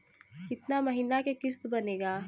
कितना महीना के किस्त बनेगा?